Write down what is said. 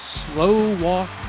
slow-walk